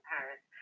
Paris